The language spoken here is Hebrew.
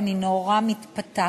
אני נורא מתפתה